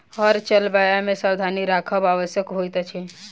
हर चलयबा मे सावधानी राखब आवश्यक होइत अछि